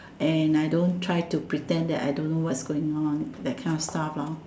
and I don't try to pretend that I don't know what's going on that kind of stuff lor